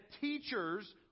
teachers